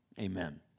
Amen